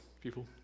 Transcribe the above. people